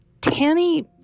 Tammy